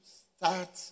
start